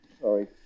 sorry